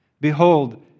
behold